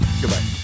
Goodbye